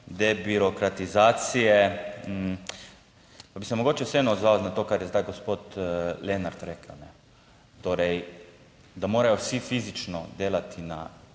debirokratizacije, pa bi se mogoče vseeno odzval na to, kar je zdaj gospod Lenart rekel, kajne. Torej, da morajo vsi fizično delati na